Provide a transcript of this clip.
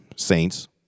saints